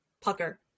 pucker